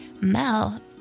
mel